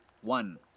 One